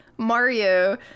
mario